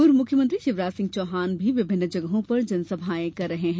पूर्व मुख्यमंत्री शिवराज सिंह चौहान भी विभिन्न जगहों पर जनसभाएं कर रहे हैं